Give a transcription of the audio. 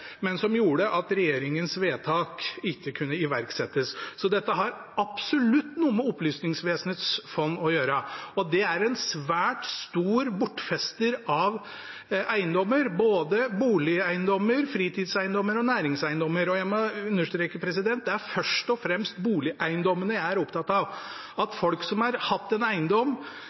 som gjorde at regjeringens vedtak ikke kunne iverksettes. Så dette har absolutt noe med Opplysningsvesenets fond å gjøre, og det er en svært stor bortfester av eiendommer – både boligeiendommer, fritidseiendommer og næringseiendommer. Jeg må understreke at det først og fremst er boligeiendommene jeg er opptatt av. At folk som har hatt en eiendom,